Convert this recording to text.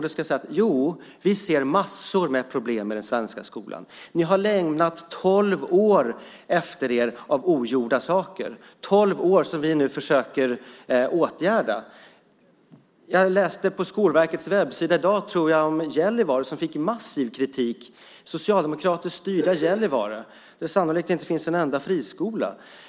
Då ska jag säga: Jo, vi ser massor med problem med den svenska skolan. Ni har lämnat tolv års ogjorda saker efter er som vi nu försöker åtgärda. Jag läste på Skolverkets webbsida i dag om Gällivare som fick massiv kritik, socialdemokratiskt styrda Gällivare, där det sannolikt inte finns en enda friskola.